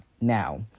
Now